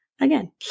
again